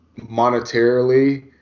monetarily